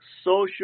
social